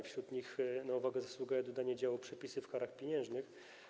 Wśród nich na uwagę zasługuje dodanie działu: Przepisy o karach pieniężnych.